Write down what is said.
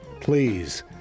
please